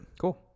Cool